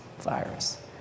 virus